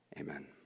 Amen